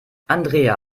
andrea